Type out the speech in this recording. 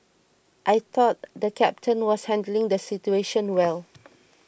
I thought the captain was handling the situation well